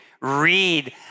read